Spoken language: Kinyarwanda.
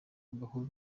agahura